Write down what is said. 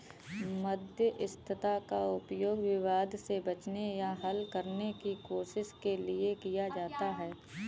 मध्यस्थता का उपयोग विवाद से बचने या हल करने की कोशिश के लिए किया जाता हैं